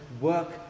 work